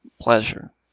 pleasure